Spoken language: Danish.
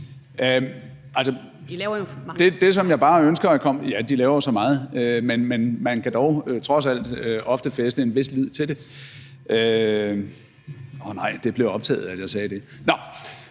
De laver jo så meget). Ja, de laver så meget, men man kan dog trods alt ofte fæstne en vis lid til det. Nåh, nej, det blev optaget at jeg sagde det. Nå!